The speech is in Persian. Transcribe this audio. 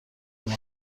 اومد